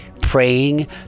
praying